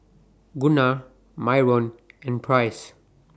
Gunnar Myron and Price